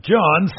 John